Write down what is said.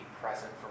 present